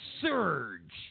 surge